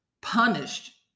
punished